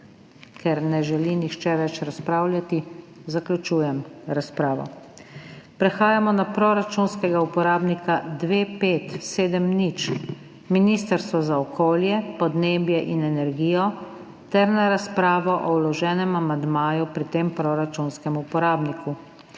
Ker ne želi nihče več razpravljati, zaključujem razpravo. Prehajamo na proračunskega uporabnika 2570 Ministrstvo za okolje, podnebje in energijo ter na razpravo o vloženem amandmaju pri tem proračunskem uporabniku.